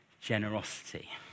generosity